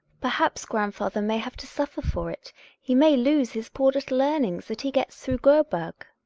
perhaps grandfather may have to suffer for it he may loose his poor little earnings that he gets through graberg.